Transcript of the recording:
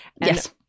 Yes